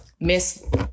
Miss